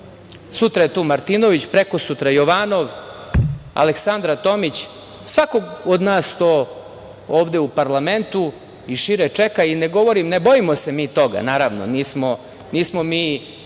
sutra je to Martinović, prekosutra Jovanov, Aleksandra Tomić. Svakog od nas to ovde u parlamentu i šire čeka. Ne bojimo se mi toga, naravno, nismo mi